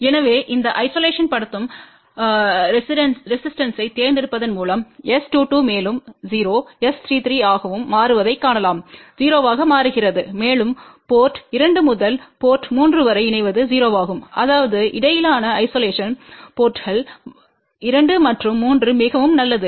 எனவே இந்த ஐசோலேஷன் படுத்தும் ரெசிஸ்டன்ஸ்பைத் தேர்ந்தெடுப்பதன் மூலம் S22மேலும் 0 S33 ஆகவும்மாறுவதைக் காணலாம் 0 ஆக மாறுகிறது மேலும் போர்ட் 2 முதல் போர்ட் 3 வரை இணைவது 0 ஆகும் அதாவது இடையிலான ஐசோலேஷன் போர்ட்ங்கள் 2 மற்றும் 3 மிகவும் நல்லது